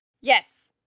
Yes